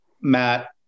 Matt